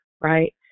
right